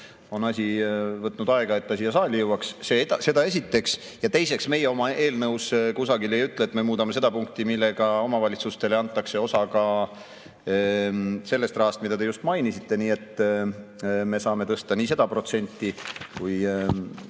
on asi võtnud aega, et see siia saali jõuaks. Seda esiteks. Teiseks, meie ei ütle oma eelnõus kusagil, et me muudame seda punkti, millega omavalitsustele antakse osa ka sellest rahast, mida te just mainisite. Nii et me saame tõsta nii seda